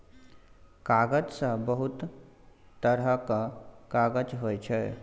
कागज सँ बहुत तरहक काज होइ छै